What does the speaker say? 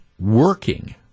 working